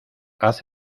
haz